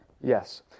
yes